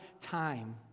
time